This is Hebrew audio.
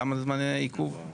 כמה זמן היה עיכוב?